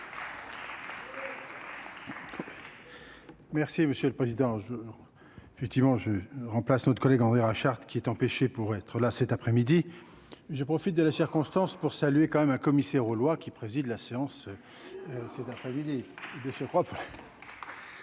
Merci monsieur le président, effectivement je remplace autre collègue enverra charte qui est empêché pour être là cet après-midi j'ai profite de la circonstance pour saluer quand même un commissaire aux lois qui préside la séance cet après-midi de surcroît.